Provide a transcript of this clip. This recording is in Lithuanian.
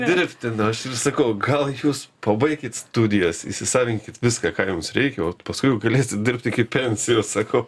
dirbti na aš ir sakau gal jūs pabaikit studijas įsisavinkit viską ką jums reikia o paskui jau galėsit dirbti iki pensijos sakau